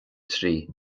trí